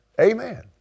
Amen